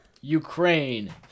Ukraine